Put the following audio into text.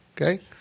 Okay